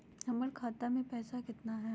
हमर खाता मे पैसा केतना है?